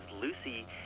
Lucy